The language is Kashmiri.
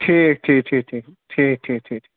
ٹھیٖک ٹھیٖک ٹھیٖک ٹھیٖک ٹھیٖک ٹھیٖک ٹھیٖک ٹھِ